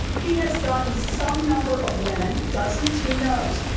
he has gotten some number of women, dozens, who knows,